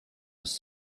was